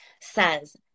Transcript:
says